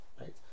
right